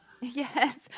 Yes